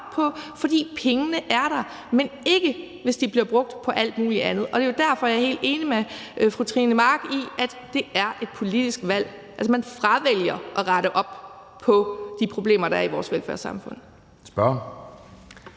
på, fordi pengene er der; men det er de ikke, hvis de bliver brugt på alt muligt andet. Og det er jo derfor, jeg er helt enig med fru Trine Pertou Mach i, at det er et politisk valg. Altså, man fravælger at rette op på de problemer, der er i vores velfærdssamfund.